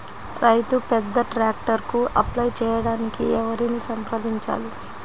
రైతు పెద్ద ట్రాక్టర్కు అప్లై చేయడానికి ఎవరిని సంప్రదించాలి?